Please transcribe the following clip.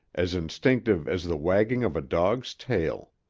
as instinctive as the wagging of a dog's tail.